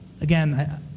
Again